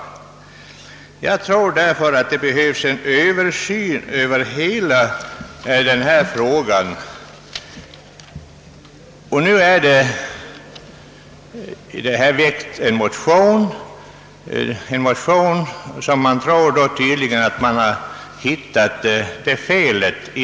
Jag tror därför att det behövs en översyn av bestämmelserna på detta område. Det har väckts en motion i denna fråga, och motionärerna tror tydligen att de har hittat felet.